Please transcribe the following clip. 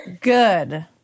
Good